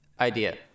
Idea